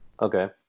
Okay